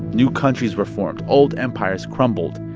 new countries were formed. old empires crumbled.